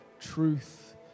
truth